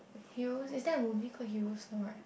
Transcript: Heroes is there a movie called Heroes no right